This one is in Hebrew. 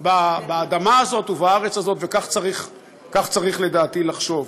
באדמה הזאת ובארץ הזאת, וכך צריך לדעתי לחשוב.